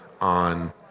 on